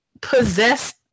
possessed